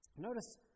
Notice